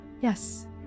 Yes